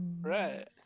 Right